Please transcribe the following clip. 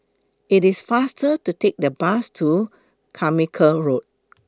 IT IS faster to Take The Bus to Carmichael Road